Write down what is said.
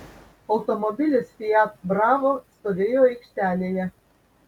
automobilis fiat bravo stovėjo aikštelėje